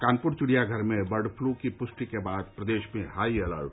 कानपुर चिड़ियाघर में बर्डपलू की पुष्टि के बाद प्रदेश में हाई अलर्ट